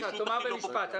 תאמר כאן משפט.